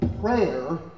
prayer